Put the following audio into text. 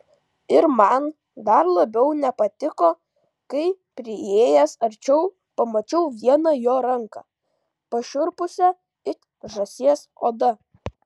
ir man dar labiau nepatiko kai priėjęs arčiau pamačiau vieną jo ranką pašiurpusią it žąsies oda